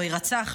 לא יירצח,